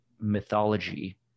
mythology